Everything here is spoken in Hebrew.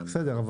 בסדר,